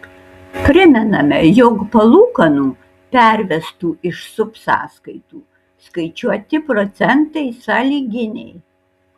primename jog palūkanų pervestų iš subsąskaitų skaičiuoti procentai sąlyginiai